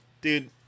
dude